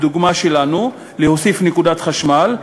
בדוגמה שלנו להוסיף נקודת חשמל,